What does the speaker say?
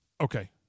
okay